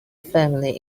family